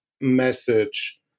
message